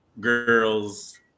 girls